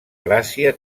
gràcia